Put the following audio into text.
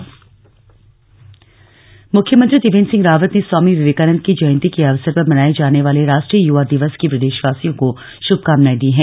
राष्ट्रीय युवा दिवस मुख्यमंत्री ंत्रिवेन्द्र सिह रावत ने स्वामी विवेकानन्द की जयन्ती के अवसर पर मनाये जाने वाले राष्ट्रीय युवा दिवस की प्रदेशवासियों को शुभकामनाएँ दी हैं